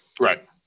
Right